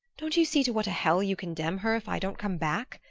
don't you see to what a hell you condemn her if i don't come back?